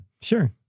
Sure